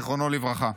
זיכרונו לברכה: